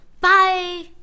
Bye